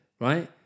right